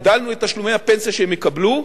הגדלנו את תשלומי הפנסיה שהם יקבלו,